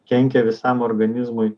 kenkia visam organizmui